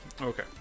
Okay